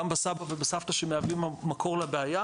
גם בסבא וסבתא שמהווים מקור לבעיה,